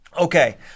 Okay